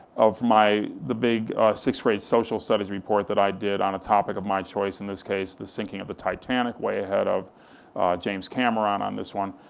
of the big sixth grade social studies report that i did on a topic of my choice, in this case, the sinking of the titanic, way ahead of james cameron on this one.